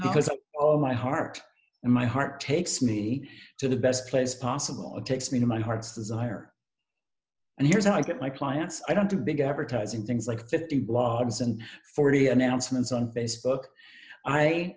because my heart and my heart takes me to the best place possible it takes me to my heart's desire and here's how i get my clients i don't do big advertising things like that the blogs and forty announcements on base book i